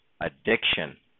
addiction